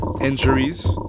injuries